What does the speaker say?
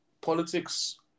politics